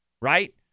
right